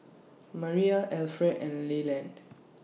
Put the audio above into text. Mariah Alferd and Leland